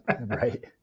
Right